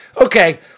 Okay